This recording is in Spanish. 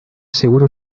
seguro